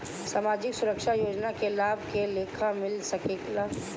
सामाजिक सुरक्षा योजना के लाभ के लेखा मिल सके ला?